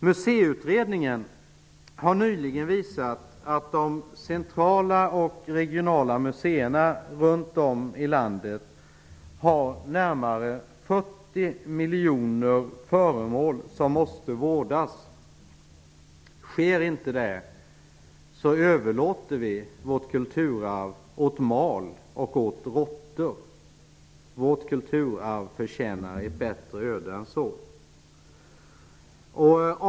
Museiutredningen har nyligen visat att de centrala och regionala museerna runt om i landet har närmare 40 miljoner föremål som måste vårdas. Om inte det sker överlåter vi vårt kulturarv åt mal och råttor. Vårt kulturarv förtjänar ett bättre öde.